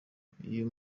uyu